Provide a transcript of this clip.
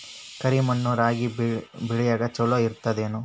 ಕರಿ ಮಣ್ಣು ರಾಗಿ ಬೇಳಿಗ ಚಲೋ ಇರ್ತದ ಏನು?